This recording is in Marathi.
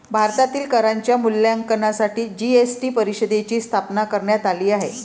भारतातील करांच्या मूल्यांकनासाठी जी.एस.टी परिषदेची स्थापना करण्यात आली आहे